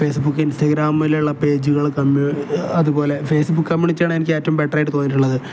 Facebook ഇൻസ്റ്റാഗ്രാമിലുള്ള പേജുകൾ കമ്മി അതുപലെ ഫേസ്ബുക്ക് കമ്മണിറ്റാണ് എനിക്ക് ഏറ്റവും ബെറ്റർ ആയിട്ട് തോന്നിയിട്ടുള്ളത്